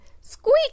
SQUEAK